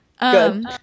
Good